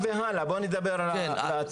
בואי נדבר על העתיד.